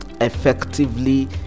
effectively